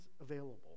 available